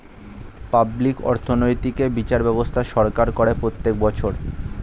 public অর্থনৈতিক এ বিচার ব্যবস্থা সরকার করে প্রত্যেক বছর